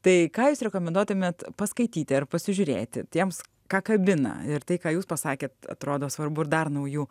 tai ką jūs rekomenduotumėt paskaityti ar pasižiūrėti tiems ką kabina ir tai ką jūs pasakėt atrodo svarbu dar naujų